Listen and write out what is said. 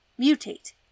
mutate